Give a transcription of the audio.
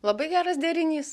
labai geras derinys